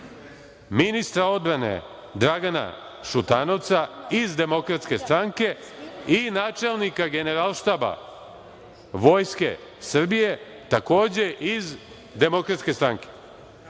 ministra odbrane Dragana Šutanovca, iz Demokratske stranke i načelnika Generalštaba Vojske Srbije, takođe iz Demokratske stranke.